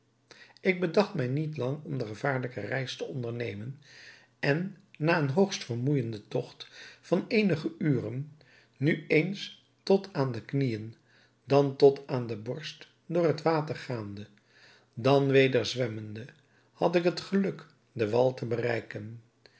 ik bedacht mij niet lang om de gevaarlijke reis te ondernemen en na een hoogst vermoeijenden togt van eenige uren nu eens tot aan de knieën dan tot aan de borst door het water gaande dan weder zwemmende had ik het geluk den wal te bereiken